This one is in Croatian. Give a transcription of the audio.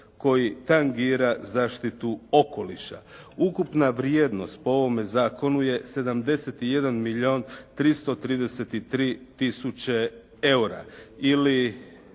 koji tangira zaštitu okoliša. Ukupna vrijednost po ovome zakonu je 71 milijun 333 tisuće EUR-a ili